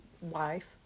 wife